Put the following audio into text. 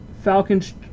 Falcons